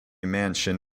mansion